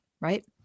Right